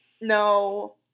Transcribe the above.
No